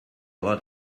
lot